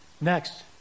Next